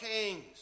Kings